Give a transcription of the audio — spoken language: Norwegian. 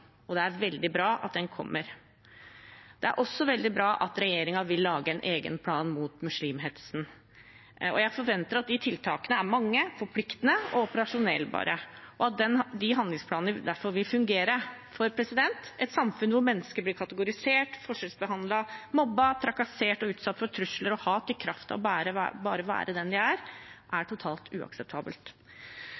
og det er veldig bra at den kommer. Det er også veldig bra at regjeringen vil lage en egen plan mot muslimhetsen. Jeg forventer at tiltakene er mange, forpliktende og operasjonelle, og at de handlingsplanene derfor vil fungere. Et samfunn hvor mennesker blir kategorisert, forskjellsbehandlet, mobbet, trakassert og utsatt for trusler og hat i kraft av bare å være den de er, er